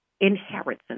inheritance